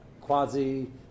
quasi